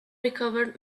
recovered